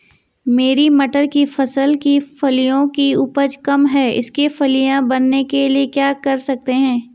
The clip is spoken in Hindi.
मेरी मटर की फसल की फलियों की उपज कम है इसके फलियां बनने के लिए क्या कर सकते हैं?